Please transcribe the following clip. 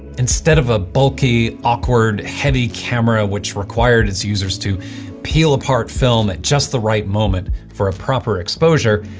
instead of a bulky, awkward heavy camera which required its users to peel apart film at just the right moment for a proper exposure,